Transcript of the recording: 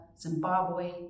Zimbabwe